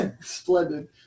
splendid